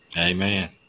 Amen